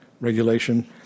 regulation